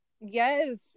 Yes